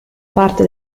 parte